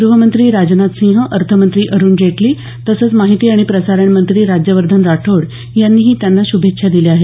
गृहमंत्री राजनाथ सिंह अर्थमंत्री अरुण जेटली तसंच माहिती आणि प्रसारण मंत्री राज्यवर्धन राठौड यांनीही त्यांना श्भेच्छा दिल्या आहेत